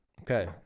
Okay